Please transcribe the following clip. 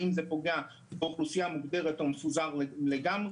האם זה פוגע באוכלוסייה מסוימת או שזה מפוזר לגמרי.